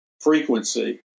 frequency